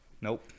Nope